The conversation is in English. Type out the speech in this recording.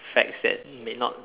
facts that may not